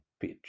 pitch